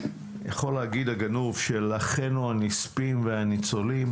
אני יכול להגיד הגנוב של אחינו הנספים והניצולים